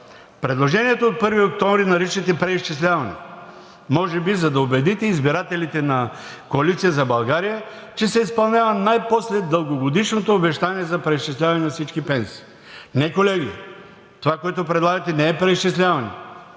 Предложението от 1 октомври на личните преизчислявания – може би, за да убедите избиратели на „Коалиция за България“, че се изпълнява най-после дългогодишното обещание за преизчисляване на всички пенсии – не, колеги, това, което правите, не е преизчисляване,